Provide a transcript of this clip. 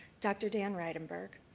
dr. dan reidenberg.